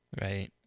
Right